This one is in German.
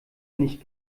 nicht